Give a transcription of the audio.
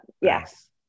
Yes